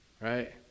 right